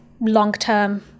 long-term